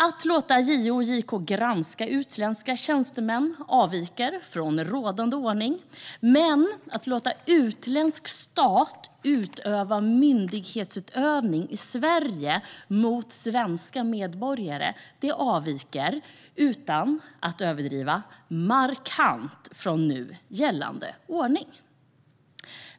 Att låta JO och JK granska utländska tjänstemän avviker från rådande ordning, men att låta utländsk stat utöva myndighetsutövning i Sverige mot svenska medborgare avviker - det säger jag utan att överdriva - markant från nu gällande ordning.